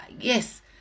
Yes